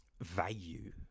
value